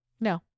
No